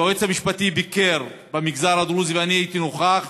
היועץ המשפטי ביקר במגזר הדרוזי, ואני הייתי נוכח,